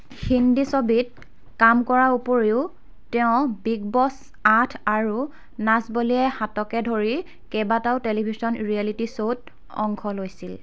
হিন্দী ছবিত কাম কৰাৰ উপৰিও তেওঁ বিগ বছ আঠ আৰু নাচ বলিয়ে সাতকে ধৰি কেইবাটাও টেলিভিছন ৰিয়েলিটি শ্ব'ত অংশ লৈছিল